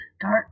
dark